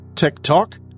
TikTok